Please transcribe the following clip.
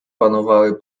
panowały